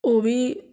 ओह् बी